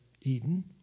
Eden